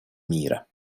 мира